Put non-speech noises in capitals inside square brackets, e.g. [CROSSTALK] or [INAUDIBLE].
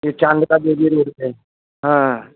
यह चाँद का जो भी [UNINTELLIGIBLE] हाँ